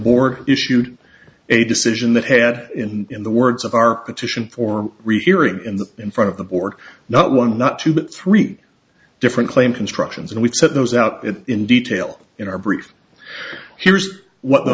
board issued a decision that had in in the words of our petition for rehearing in the in front of the board not one not two but three different claim constructions and we've set those out in detail in our brief here's what